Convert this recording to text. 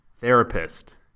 therapist